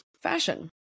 fashion